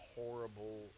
horrible